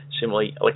similarly